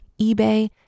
eBay